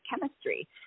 chemistry